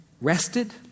rested